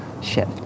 shift